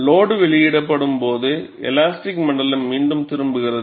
load வெளியிடப்படும் போது elastic மண்டலம் மீண்டும் திரும்புகிறது